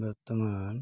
ବର୍ତ୍ତମାନ